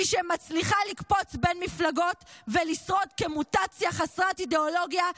מי שמצליחה לקפוץ בין מפלגות ולשרוד כמוטציה חסרת אידיאולוגיה,